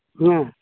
ᱦᱮᱸ